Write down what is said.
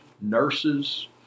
nurses